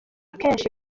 kenshi